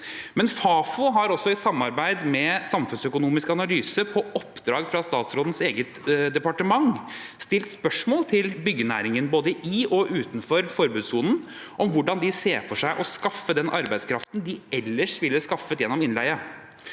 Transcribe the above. Fafo har i samarbeid med Samfunnsøkonomisk analyse på oppdrag fra statsrådens eget departement stilt spørsmål til byggenæringen både i og utenfor forbudssonen om hvordan de ser for seg å skaffe den arbeidskraften de ellers ville skaffet gjennom innleie.